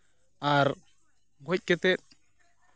ᱟᱨ ᱜᱚᱡ ᱠᱟᱛᱮᱫ